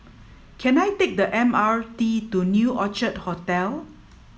can I take the M R T to New Orchid Hotel